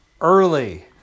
early